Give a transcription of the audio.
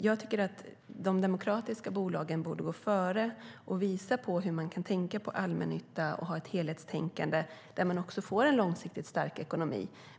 Jag tycker att de demokratiska bolagen borde gå före och visa hur man kan tänka på allmännytta och ha ett helhetstänkande där man får en långsiktigt stark ekonomi.